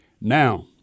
Now